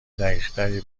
دقیقتری